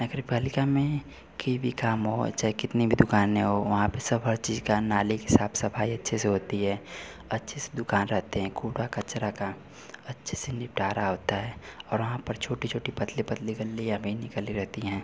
नगर पालिका में कोई भी काम हो चाहे कितनी भी दुकानें हो वहाँ पर सब हर चीज़ का नाले की साफ सफाई अच्छे से होती है अच्छे से दुकान रहते हैं कूड़ा कचरा का अच्छे से निपटारा होता है और वहाँ पर छोटे छोटे पतले पतले गली मेन निकल ली रहती है